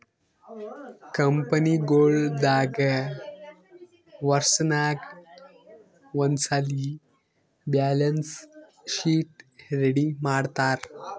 ಕಂಪನಿಗೊಳ್ ದಾಗ್ ವರ್ಷನಾಗ್ ಒಂದ್ಸಲ್ಲಿ ಬ್ಯಾಲೆನ್ಸ್ ಶೀಟ್ ರೆಡಿ ಮಾಡ್ತಾರ್